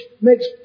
makes